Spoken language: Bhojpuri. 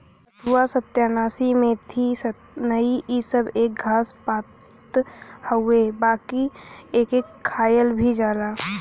बथुआ, सत्यानाशी, मेथी, सनइ इ सब एक घास पात हउवे बाकि एके खायल भी जाला